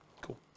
Cool